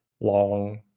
long